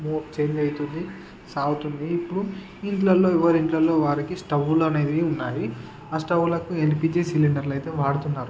మూ చేంజ్ అయితుంది సాగుతుంది ఇప్పుడు ఇంట్లల్లో ఎవరి ఇంట్లల్లో వారికి స్టవ్వుల అనేవి ఉన్నాయి ఆ స్టవ్లకు ఎల్పీజీ సిలిండర్లైతే వాడుతున్నారు